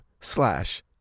slash